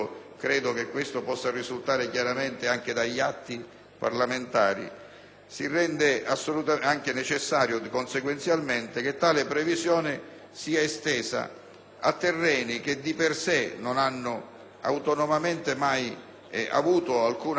Si rende anche necessario, consequenzialmente, che tale previsione sia estesa a terreni che di per sé non hanno mai avuto autonomamente alcuna traccia di bonifica o non abbiano mai partecipato alla bonifica e che comunque siano ricompresi